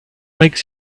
makes